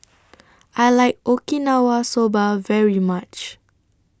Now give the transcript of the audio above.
I like Okinawa Soba very much